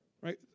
right